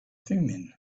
thummim